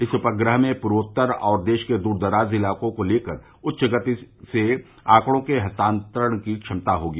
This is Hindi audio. इस उपग्रह में पूर्वोत्तर और देश के दूरदराज इलाकों को लेकर उच्च गति से आंकड़ों के हस्तांतरण की क्षमता होगी